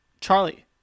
Charlie